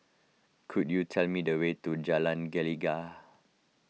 could you tell me the way to Jalan Gelegar